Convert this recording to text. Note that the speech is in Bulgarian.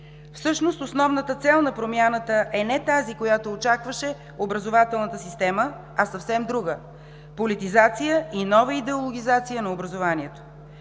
Всъщност основната цел на промяната е не тази, която очакваше образователната система, а съвсем друга – политизация и нова идеологизация на образованието.